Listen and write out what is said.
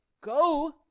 Go